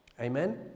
Amen